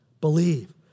Believe